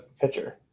pitcher